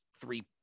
three